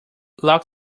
lock